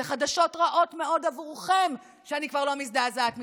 אלו חדשות רעות מאוד עבורכם שאני כבר לא מזדעזעת מזה,